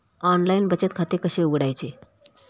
Online बचत खाते कसे उघडायचे?